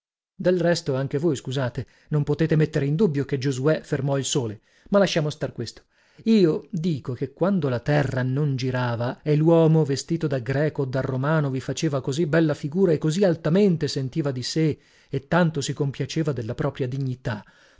del resto anche voi scusate non potete mettere in dubbio che giosuè fermò il sole ma lasciamo star questo io dico che quando la terra non girava e luomo vestito da greco o da romano vi faceva così bella figura e così altamente sentiva di sé e tanto si compiaceva della propria dignità